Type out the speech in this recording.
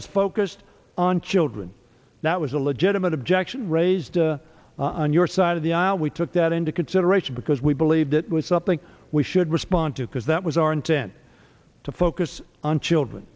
is focused on children that was a legitimate objection raised a on your side of the aisle we took that into consideration because we believed it was something we should respond to because that was our intent to focus on children